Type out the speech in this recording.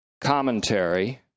commentary